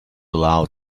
allowed